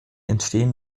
entstehen